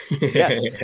Yes